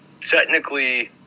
technically